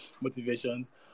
motivations